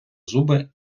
зуби